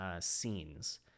scenes